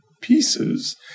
pieces